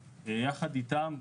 אני יושב מול אדם מקסים